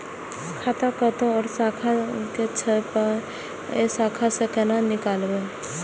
खाता कतौ और शाखा के छै पाय ऐ शाखा से कोना नीकालबै?